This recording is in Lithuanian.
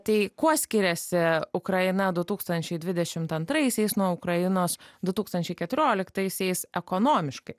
tai kuo skiriasi ukraina du tūkstančiai dvidešimt antraisiais nuo ukrainos du tūkstančiai keturioliktaisiais ekonomiškai